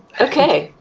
okay,